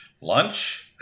Lunch